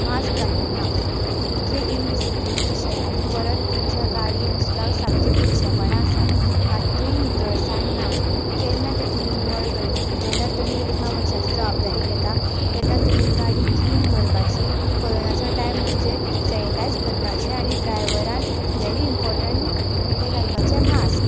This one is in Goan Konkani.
मास्क घालूंक ना इतले इनडिसीप्लेंड कशे आनी परत तुमच्या गाड्येंत सुद्दां सामके बुरशेपणां आसा मात्तूय नितळसाण ना केन्ना ती तुमी निवळ करतलीं जेन्ना तुमी एका मनशाची जबाबदारी घेता तेन्ना तुमी गाडी क्लिन करपाची कोरोनाचो टायम म्हणजे सेनिटायझ करपाचें आनी ड्रायव्हरान वेरी इंपोर्टन्ट तेणें घालपाचें मास्क